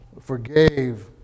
forgave